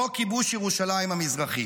חוק כיבוש ירושלים המזרחית.